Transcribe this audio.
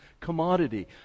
commodity